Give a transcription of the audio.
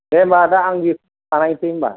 दे होमबा आदा आं बेखौनो खालायनोसै होमबा